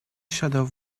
shadow